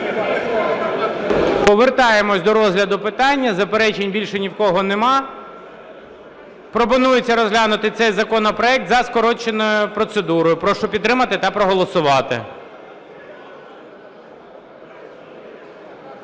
Повертаємось до розгляду питання. Заперечень більше ні в кого нема. Пропонується розглянути цей законопроект за скороченою процедурою. Прошу підтримати та проголосувати.